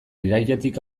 irailetik